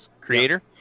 creator